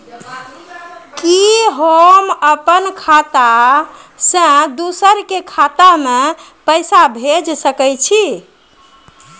कि होम अपन खाता सं दूसर के खाता मे पैसा भेज सकै छी?